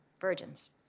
virgins